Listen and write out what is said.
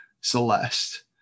Celeste